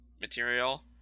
material